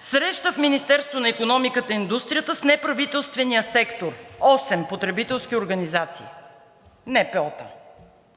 среща в Министерството на икономиката и индустрията с неправителствения сектор – осем потребителски организации – НПО-та,